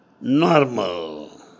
normal